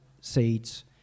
seeds